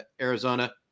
Arizona